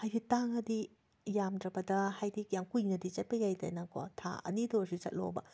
ꯍꯥꯏꯗꯤ ꯇꯥꯡꯉꯗꯤ ꯌꯥꯝꯗ꯭ꯔꯕꯗ ꯍꯥꯏꯗꯤ ꯌꯥꯝ ꯀꯨꯏꯅꯗꯤ ꯆꯠꯄ ꯌꯥꯏꯗꯅꯀꯣ ꯊꯥ ꯑꯅꯤꯇ ꯑꯣꯏꯔꯁꯨ ꯆꯠꯂꯣꯕ